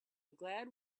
glad